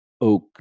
oak